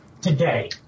Today